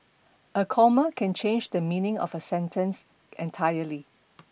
a comma can change the meaning of a sentence entirely